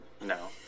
No